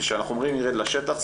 כשאנחנו אומרים ירד לשטח,